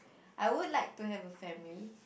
I would like to have a family